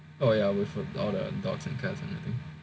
oh ya with all the dogs and cats and everything